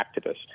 activist